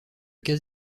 cas